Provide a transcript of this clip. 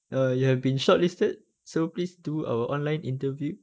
oh you've been shortlisted so please do our online interview